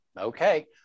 Okay